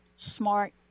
smart